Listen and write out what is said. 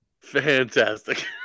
Fantastic